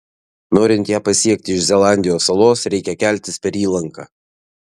norint ją pasiekti iš zelandijos salos reikia keltis per įlanką